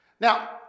Now